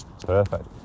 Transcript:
perfect